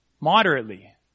moderately